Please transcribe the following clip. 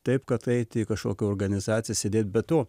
taip kad eiti į kažkokią organizaciją sėdėt be to